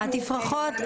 התפרחות,